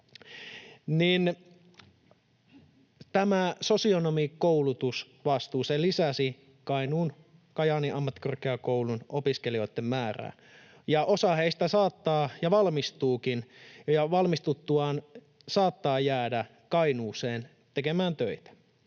tämä sosionomikoulutusvastuu lisäsi Kainuun ja Kajaanin ammattikorkeakoulun opiskelijoitten määrää. Osa heistä valmistuukin ja valmistuttuaan saattaa jäädä Kainuuseen tekemään töitä.